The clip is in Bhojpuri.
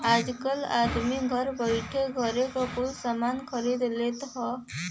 आजकल आदमी घर बइठे घरे क कुल सामान खरीद लेत हौ